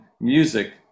music